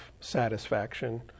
satisfaction